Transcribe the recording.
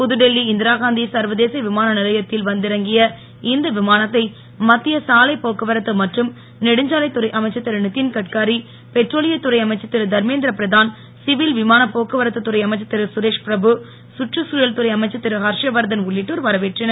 புதுடெல்லி இந்திராகாந்தி சர்வதேச விமானநிலையத்தில் வந்திறங்கிய இந்த விமானத்தை மத்திய சாலை போக்குவரத்து மற்றும் நெடுஞ்சாலை துறை அமைச்சர் திரு நிதின்கட்காரி பெட்ரோலியத் துறை அமைச்சர் திரு தர்மேந்திரபிரதான் சிவில் விமான போக்குவரத்து துறை அமைச்சர் திரு சுரேஷ்பிரபு சுற்றுச்சூழல் துறை அமைச்சர் இரு ஹர்ஷ வர்தன் உள்ளிட்டோர் வரவேற்றனர்